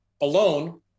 alone